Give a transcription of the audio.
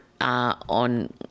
on